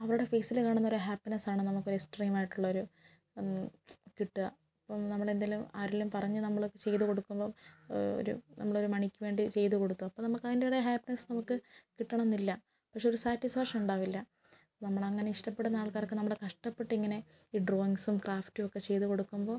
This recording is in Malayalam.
അവരുടെ ഫേസിൽ കാണുന്നൊരു ഹാപ്പിനെസ് ആണ് നമുക്കൊരു എക്സ്ട്രീം ആയിട്ടുള്ളൊരു കിട്ടുക ഇപ്പോൾ നമ്മളെന്തെങ്കിലും ആരെങ്കിലും പറഞ്ഞ് നമ്മൾ ചെയ്ത് കൊടുക്കുമ്പോൾ ഒരു നമ്മളൊരു മണിക്ക് വേണ്ടി ചെയ്ത് കൊടുത്തു അപ്പോൾ നമുക്ക് അതിൻറ്റേതായ ഹാപ്പിനെസ് നമുക്ക് കിട്ടണം എന്നില്ല പക്ഷേ ഒരു സാറ്റിസ്ഫാക്ഷൻ ഉണ്ടാവില്ല നമ്മൾ അങ്ങനെ ഇഷ്ടപ്പെടുന്ന ആൾക്കാർക്ക് നമ്മൾ കഷ്ടപ്പെട്ടിങ്ങനെ ഈ ഡ്രോയിങ്ങ്സും ക്രാഫ്റ്റും ഒക്കെ ചെയ്ത് കൊടുക്കുമ്പോൾ